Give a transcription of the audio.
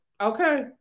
Okay